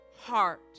heart